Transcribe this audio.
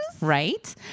right